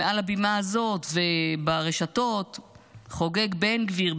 מעל הבימה הזאת וברשתות חוגג בן גביר,